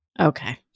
Okay